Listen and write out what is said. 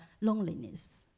loneliness